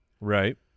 Right